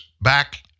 back